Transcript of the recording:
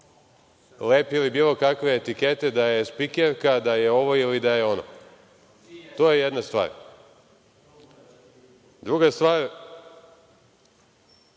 lepili bilo kakve etikete da je spikerka, da je ovo ili da je ono. To je jedna stvar. Druga stvar,